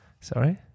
Sorry